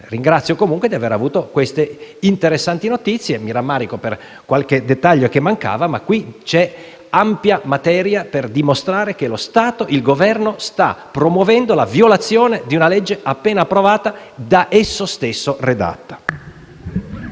Ringrazio comunque il Sottosegretario per avermi fornito interessanti notizie. Mi rammarico per qualche dettaglio che manca, ma c'è ampia materia per dimostrare che il Governo sta promuovendo la violazione di una legge appena approvata e da esso stesso redatta.